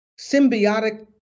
symbiotic